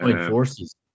forces